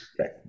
okay